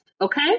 Okay